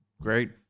Great